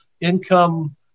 income